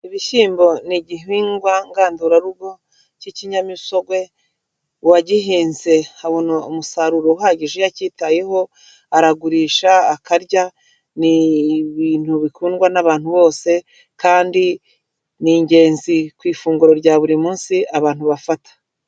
Ibishyimbo ni igihingwa ngandurarugo cy'ikinyamisogwe, uwagihinze abona umusaruro uhagije iyo acyitayeho, aragurisha, akarya, ni ibintu bikundwa n'abantu bose, kandi ni ingenzi ku ifunguro rya buri munsi abantu bafata.